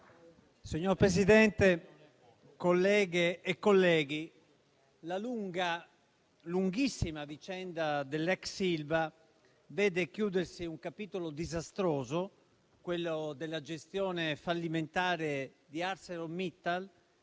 Signor Presidente, colleghe e colleghi, la lunga, lunghissima vicenda dell'ex Ilva vede chiudersi un capitolo disastroso, quello della gestione fallimentare di ArcelorMittal,